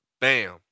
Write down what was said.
Bam